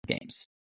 games